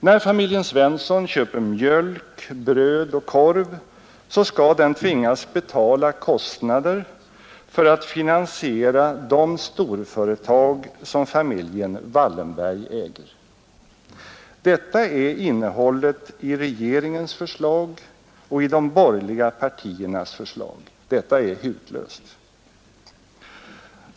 När familjen Svensson köper mjölk, bröd och korv skall den tvingas betala kostnader för att finansiera de storföretag som familjen Wallenberg äger. Detta är innehållet i regeringens förslag och i de borgerliga partiernas förslag. Detta är hutlöst.